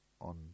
on